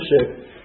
relationship